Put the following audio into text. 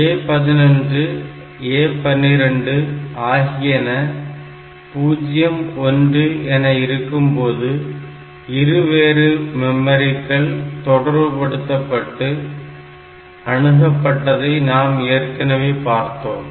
A11 A12 ஆகியன 0 1 என இருக்கும்போது இருவேறு மெமரிகள் தொடர்புபடுத்தப்பட்டு அணுகப்பட்டதை நாம் ஏற்கனவே பார்த்தோம்